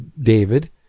David